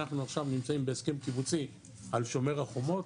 אנחנו עכשיו נמצאים בהסכם קיבוצי על שומר החומות,